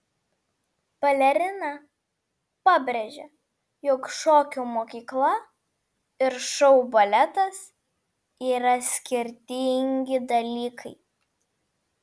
balerina pabrėžė jog šokių mokykla ir šou baletas yra skirtingi dalykai